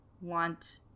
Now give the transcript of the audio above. want